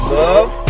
love